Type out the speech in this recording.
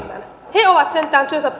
he ovat sentään